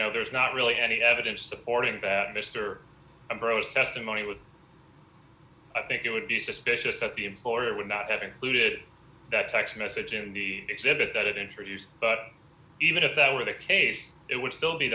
sure there's not really any evidence supporting that mr burroughs testimony with i think it would be suspicious that the employer would not have included that text message in the exhibit that it introduced but even if that were the case it would still be